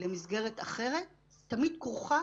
למסגרת אחרת תמיד כרוכה